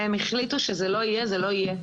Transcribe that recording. אם הם החליטו שזה לא יהיה, זה לא יהיה.